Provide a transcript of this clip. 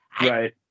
Right